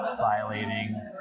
violating